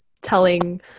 telling